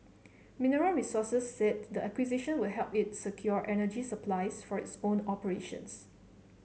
Mineral Resources said the acquisition would help it secure energy supplies for its own operations